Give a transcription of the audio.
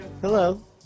Hello